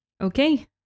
okay